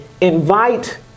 invite